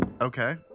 Okay